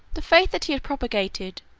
the faith that he had propagated,